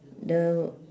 the